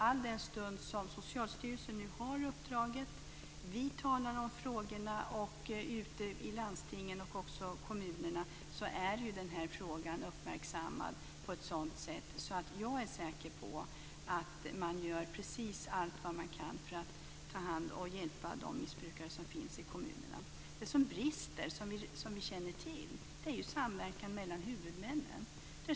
Alldenstund Socialstyrelsen nu har uppdraget, vi talar om frågorna liksom man gör ute i landstingen och kommunerna, är den här frågan uppmärksammad på ett sådant sätt att jag är säker på att man gör precis allt vad man kan för att ta hand om och hjälpa de missbrukare som finns i kommunerna. Det som brister, som vi känner till, är samverkan mellan huvudmännen.